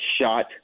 shot